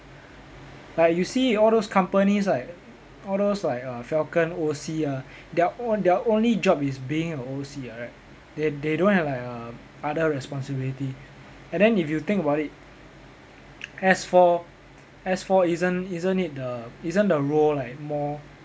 like you see in all those companies like all those like err falcon O_C ah their on~ their only job is being an O_C [what] right they they don't have like err other responsibility and then if you think about it S four S four isn't isn't it the isn't the role like more